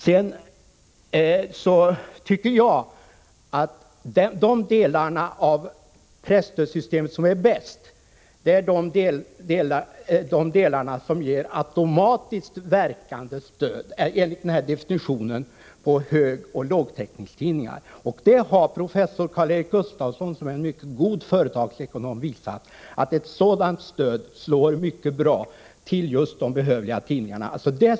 Jag tycker vidare att de delar av presstödssystemet som är bäst är de delar som ger ett automatiskt verkande stöd enligt definitionen på högoch lågtäckningstidningar. Professor Karl Erik Gustafsson, som är en mycket god företagsekonom, har visat att ett sådant stöd slår mycket bra och träffar de tidningar som behöver stödet.